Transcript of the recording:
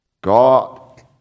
God